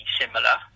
similar